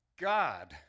God